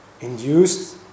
induced